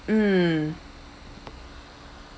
mm